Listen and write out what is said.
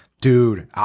Dude